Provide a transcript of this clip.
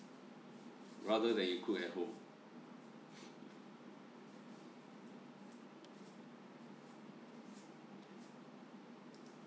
rather than you cook at home